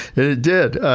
it did.